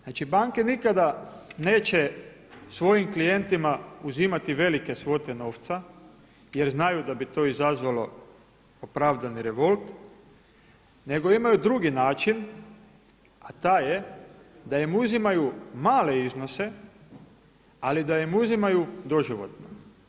Znači, banke nikada neće svojim klijentima uzimati velike svote novca jer znaju da bi to izazvalo opravdani revolt, nego imaju drugi način, a taj je da im uzimaju male iznose, ali da im uzimaju doživotno.